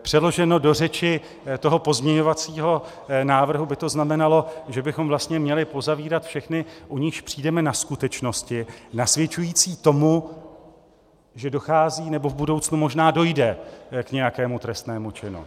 Přeloženo do řeči toho pozměňovacího návrhu by to znamenalo, že bychom vlastně měli pozavírat všechny, u nichž přijdeme na skutečnosti nasvědčující tomu, že dochází nebo v budoucnu možná dojde k nějakému trestnému činu.